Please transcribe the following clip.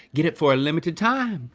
get it for a limited time,